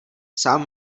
sám